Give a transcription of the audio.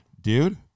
dude